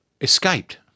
escaped